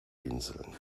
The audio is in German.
inseln